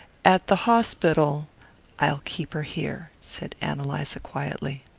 at the hospital i'll keep her here, said ann eliza quietly.